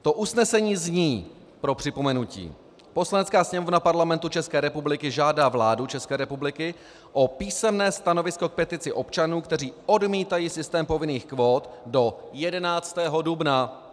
To usnesení zní pro připomenutí: Poslanecká sněmovna Parlamentu České republiky žádá vládu České republiky o písemné stanovisko k petici občanů, kteří odmítají systém povinných kvót, do 11. dubna.